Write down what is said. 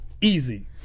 easy